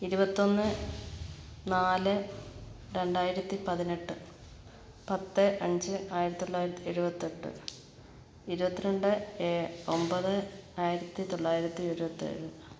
ഇരുപത്തിയൊന്ന് നാല് രണ്ടായിരത്തി പതിനെട്ട് പത്ത് അഞ്ച് ആയിരത്തി തൊള്ളായിരത്തി എഴുപത്തിയെട്ട് ഇരുപത്തി രണ്ട് ഒമ്പത് ആയിരത്തി തൊള്ളായിരത്തി എഴുപത്തിയേഴ്